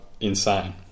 insane